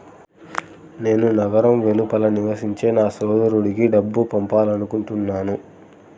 నేను నగరం వెలుపల నివసించే నా సోదరుడికి డబ్బు పంపాలనుకుంటున్నాను